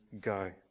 go